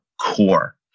core